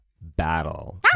battle